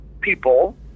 people